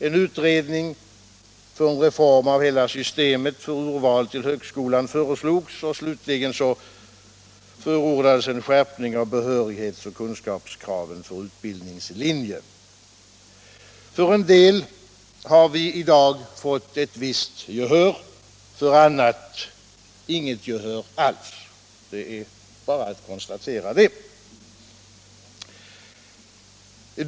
En utredning för en reform av hela systemet för urval till hög skolan föreslogs. Slutligen förordades en skärpning av behörighets och kunskapskraven för utbildningslinje. För en del har vi i dag fått ett visst gehör, för annat inget gehör alls. Det är bara att konstatera det.